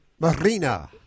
Marina